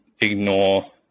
ignore